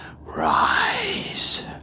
Rise